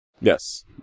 Yes